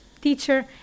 teacher